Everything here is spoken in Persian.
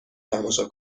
تماشا